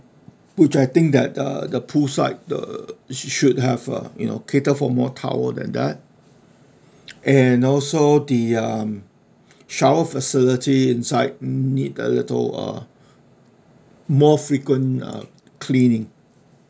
which I think that the uh the pool side the sho~ should have err you know cater for more towel than that and also the um shower facility inside need a little uh more frequent uh cleaning